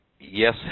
Yes